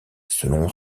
selon